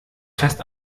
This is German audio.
fest